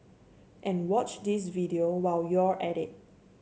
and watch this video while you're at it